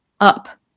up